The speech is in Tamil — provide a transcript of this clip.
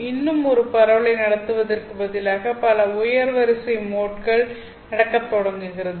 இன்னும் ஒரு பரவலை நடத்துவதற்குப் பதிலாக பல உயர் வரிசை மோட்கள் நடக்கத் தொடங்குகிறது